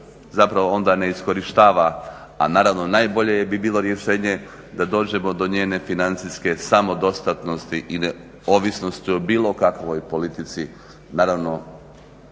zapravo onda ne iskorištava, a naravno najbolje bi bilo rješenje da dođemo do njene financijske samodostatnosti i neovisnosti o bilo kakvoj politici. Naravno